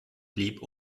blieb